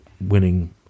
winning